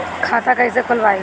खाता कईसे खोलबाइ?